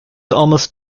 almost